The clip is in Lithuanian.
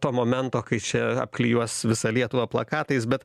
to momento kai čia apklijuos visą lietuvą plakatais bet